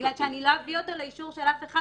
בגלל שאני לא אביא אותו לאישור של אף אחד